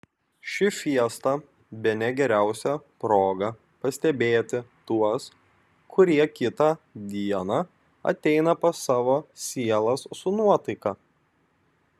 ši fiesta bene geriausia proga pastebėti tuos kurie kitą dieną ateina pas savo sielas su nuotaika